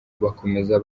bakomeze